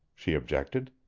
she objected.